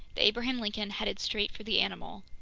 the abraham lincoln headed straight for the animal.